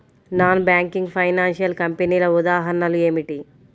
Non banking financial కంపెనీల ఉదాహరణలు ఏమిటి?